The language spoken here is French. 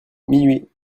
minuit